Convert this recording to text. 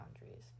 boundaries